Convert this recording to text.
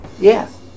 Yes